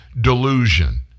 delusion